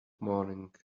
morning